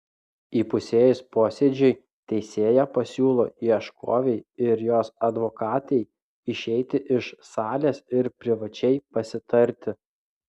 įpusėjus posėdžiui teisėja pasiūlo ieškovei ir jos advokatei išeiti iš salės ir privačiai pasitarti